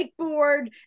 whiteboard